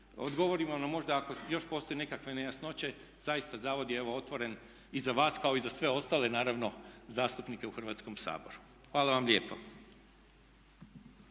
odgovorimo na možda ako još postoje nekakve nejasnoće, zaista zavod je evo otvoren i za vas kao i za sve ostale, naravno zastupnike u Hrvatskom saboru. Hvala vam lijepo.